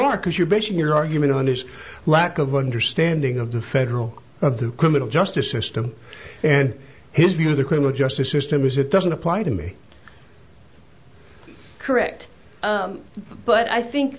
wrong because you're basing your argument on his lack of understanding of the federal of the criminal justice system and his view the criminal justice system is it doesn't apply to me correct but i think